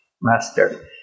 master